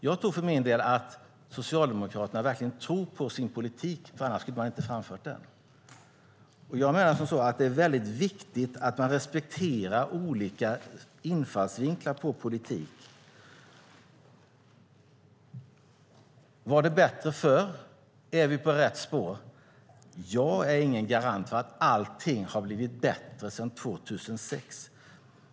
Jag tror för min del att Socialdemokraterna verkligen tror på sin politik, för annars skulle man inte ha framfört den. Jag menar att det är viktigt att man respekterar olika infallsvinklar på politik. Var det bättre förr? Är vi på rätt spår? Jag är ingen garant för att allt har blivit bättre sedan 2006.